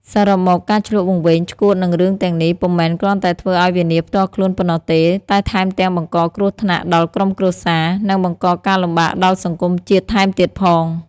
សរុបមក ការឈ្លក់វង្វេងឆ្កួតនឹងរឿងទាំងនេះ ពុំមែនគ្រាន់តែធ្វើឲ្យវិនាសផ្ទាល់ខ្លួនប៉ុណ្ណោះទេ តែថែមទាំងបង្កគ្រោះថ្នាក់ដល់ក្រុមគ្រួសារ និងបង្កការលំបាកដល់សង្គមជាតិថែមទៀតផង ។